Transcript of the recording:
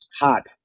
hot